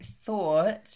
thought